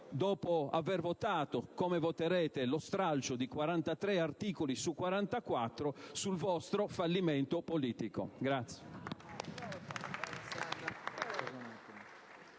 dopo aver votato, come voterete, lo stralcio di 43 articoli su 44, sul vostro fallimento politico.